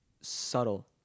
subtle